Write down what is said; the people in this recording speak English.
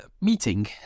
meeting